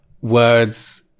Words